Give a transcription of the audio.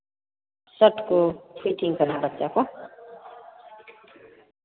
सट को फिटिंग करना बच्चा को